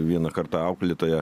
vieną kartą auklėtoja